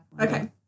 Okay